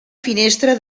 finestra